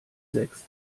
sechs